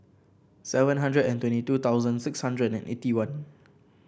seven hundred and twenty two thousand six hundred eighty one